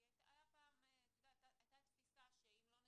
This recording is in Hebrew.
כי הייתה תפיסה שאם לא נדבר,